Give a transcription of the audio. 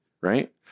right